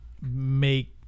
make